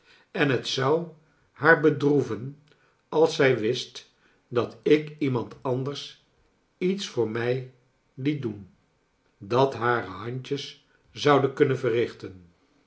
en het zou haar bedroeven als zij wist dat ik iemand anders iets voor mij liet doen dat hare handjes zouden kunnen verrichten